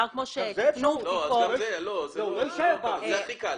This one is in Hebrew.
זה הכי קל.